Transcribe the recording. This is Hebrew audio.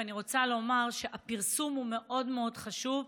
אני רוצה לומר שהפרסום הוא מאוד מאוד חשוב.